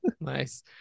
Nice